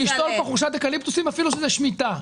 אני שותל חורשת אקליפטוסים אפילו שזאת שנת שמיטה.